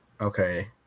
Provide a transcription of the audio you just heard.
Okay